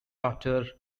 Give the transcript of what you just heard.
after